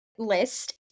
List